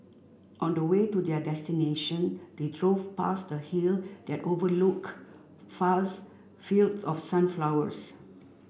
on the way to their destination they drove past a hill that overlooked fast fields of sunflowers